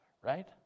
right